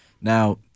now